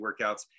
workouts